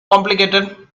complicated